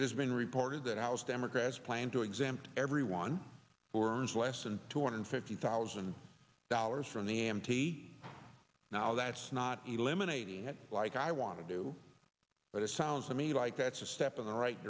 it has been reported that house democrats plan to exempt everyone forms less than two hundred fifty thousand dollars from the mt now that's not eliminating it like i want to do but it sounds to me like that's a step in the right